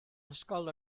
ysgol